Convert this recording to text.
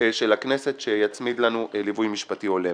של הכנסת שיצמיד לנו ליווי משפטי הולם.